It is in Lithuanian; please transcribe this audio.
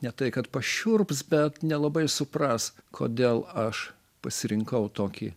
ne tai kad pašiurps bet nelabai supras kodėl aš pasirinkau tokį